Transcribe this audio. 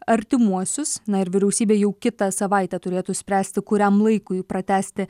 artimuosius na ir vyriausybė jau kitą savaitę turėtų spręsti kuriam laikui pratęsti